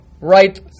right